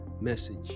message